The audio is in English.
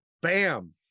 Bam